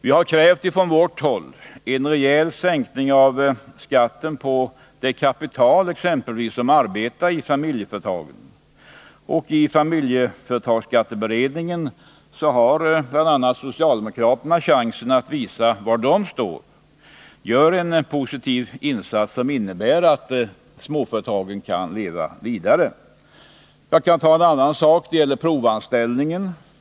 Vi har från vårt håll krävt en rejäl sänkning av skatten på exempelvis det kapital som arbetar i familjeföretagen. Och i familjeföretagsskatteberedningen har bl.a. socialdemokraterna chans att visa var de står. Vi gör en positiv insats som innebär att småföretagen kan leva vidare! Jag kan ta ett annat exempel. Det gäller provanställning.